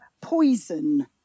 poison